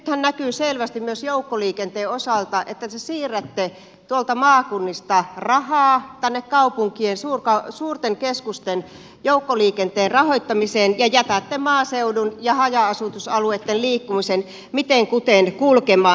nythän näkyy selvästi myös joukkoliikenteen osalta että te siirrätte tuolta maakunnista rahaa tänne suurten keskusten joukkoliikenteen rahoittamiseen ja jätätte maaseudun ja haja asutusalueitten liikkumisen miten kuten kulkemaan